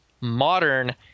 modern